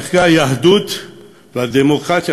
ערכי היהדות והדמוקרטיה,